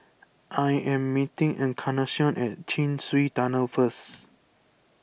I am meeting Encarnacion at Chin Swee Tunnel first